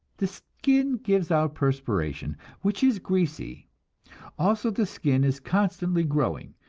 the skin gives out perspiration which is greasy also the skin is constantly growing,